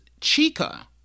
Chica